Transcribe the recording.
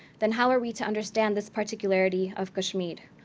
then how are we to understand this particularity of kashmir?